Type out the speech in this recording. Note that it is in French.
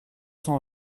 cent